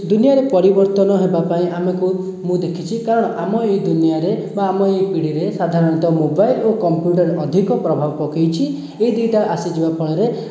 ଦୁନିଆରେ ପରିବର୍ତ୍ତନ ହେବା ପାଇଁ ଆମକୁ ମୁଁ ଦେଖିଛି କାରଣ ଆମେ ଏହି ଦୁନିଆରେ ବା ଆମ ଏହି ପିଢ଼ିରେ ସାଧାରଣତଃ ମୋବାଇଲ ଓ କମ୍ପୁଟର ଅଧିକ ପ୍ରଭାବ ପକାଇଛି ଏଇ ଦୁଇଟା ଆସି ଯିବା ଫଳରେ